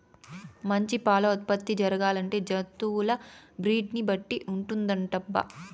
మంచి పాల ఉత్పత్తి జరగాలంటే జంతువుల బ్రీడ్ ని బట్టి ఉంటుందటబ్బా